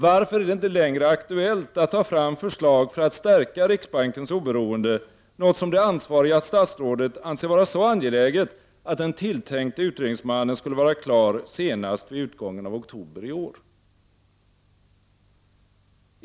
Varför är det inte längre aktuellt att ta fram förslag för att stärka riksbankens oberoende — något som det ansvariga statsrådet anser vara så angeläget att den tilltänkte utredningsmannen skulle vara klar senast vid utgången av oktober i år?